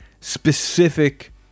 specific